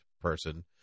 person